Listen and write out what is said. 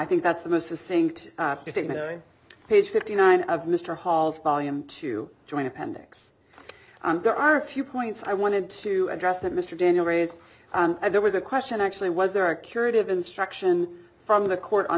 think that's the most a saying to page fifty nine of mr hall's volume to join appendix there are a few points i wanted to address that mr daniel raised and there was a question actually was there a curative instruction from the court on